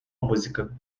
música